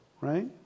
right